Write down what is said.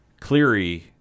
Cleary